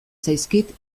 zaizkit